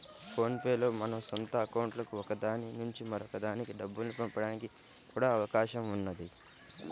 phone pay లో మన సొంత అకౌంట్లలో ఒక దాని నుంచి మరొక దానికి డబ్బుల్ని పంపడానికి కూడా అవకాశం ఉన్నది